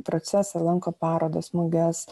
procesą lanko parodas muges